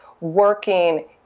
working